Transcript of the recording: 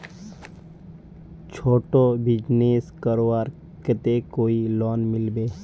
छोटो बिजनेस करवार केते कोई लोन मिलबे?